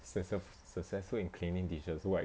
succes~ successful in cleaning dishes wipe